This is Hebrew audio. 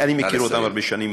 אני מכיר אותם הרבה שנים,